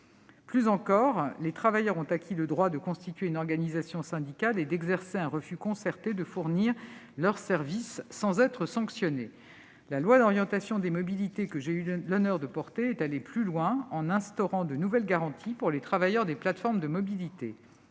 En outre, les travailleurs ont acquis le droit de constituer une organisation syndicale et d'exercer un refus concerté de fournir leurs services sans être sanctionnés. La loi d'orientation des mobilités (LOM), que j'ai eu l'honneur de porter, a permis d'aller plus loin et d'instaurer de nouvelles garanties pour les travailleurs des plateformes de mobilité.